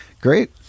Great